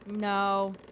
No